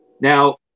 Now